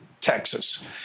Texas